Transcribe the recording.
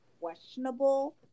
questionable